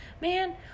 man